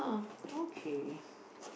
okay